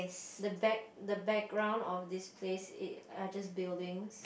the back the background of this place is~ are just buildings